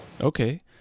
Okay